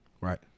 right